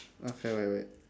okay wait wait